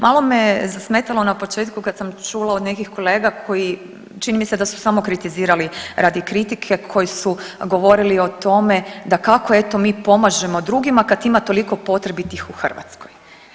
Malo me zasmetalo na početku kad sam čula od nekih kolega koji čini mi se da su samo kritizirali radi kritike, koji su govorili o tome da kako eto mi pomažemo drugima kad ima toliko potrebitih u Hrvatskoj.